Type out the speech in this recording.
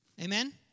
Amen